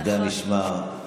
עובדי המשמר,